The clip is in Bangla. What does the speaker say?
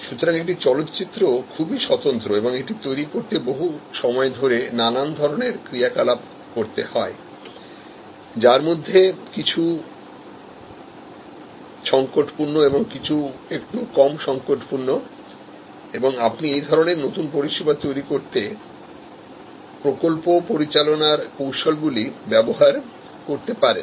সুতরাংএকটি চলচ্চিত্র খুবই স্বতন্ত্র এবং এটা তৈরি করা হয় বহু সময় ধরে নানান ধরনের ক্রিয়া কলাপ করতে হয় যার মধ্যে কিছু সংকটপূর্ণ এবং কিছু একটু কম সংকটপূর্ণ এবং আপনি এই ধরনের নতুন পরিষেবা তৈরি করতেপ্রকল্প পরিচালনার কৌশল গুলি ব্যবহার করতে পারেন